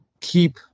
keep